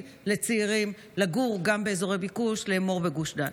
לצעירים לגור גם באזורי הביקוש כאמור בגוש דן?